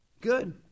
Good